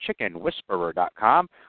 chickenwhisperer.com